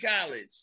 college